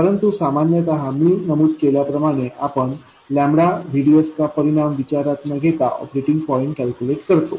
परंतु सामान्यतः मी नमूद केल्याप्रमाणे आपण VDSचा परिणाम विचारात न घेता ऑपरेटिंग पॉईंट कॅल्क्युलेट करतो